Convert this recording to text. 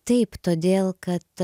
taip todėl kad